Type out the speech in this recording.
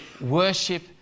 worship